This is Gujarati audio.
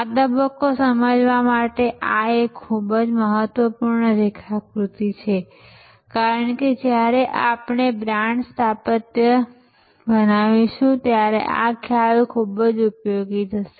આ તબક્કો સમજવા માટે આ એક ખૂબ જ મહત્વપૂર્ણ રેખાકૃતિ છે કારણ કે જ્યારે આપણે બ્રાન્ડ સ્થાપત્ય બનાવીશું ત્યારે આ ખ્યાલ ખૂબ જ ઉપયોગી થશે